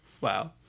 wow